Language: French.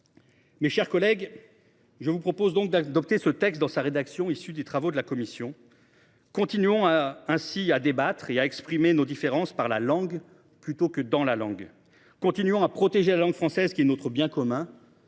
Mes chers collègues, je vous propose d’adopter ce texte dans sa rédaction issue des travaux de la commission. Continuons, ainsi, de débattre et d’exprimer nos différences par la langue plutôt que dans la langue. Continuons de protéger la langue française, qui est notre bien commun.